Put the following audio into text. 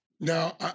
Now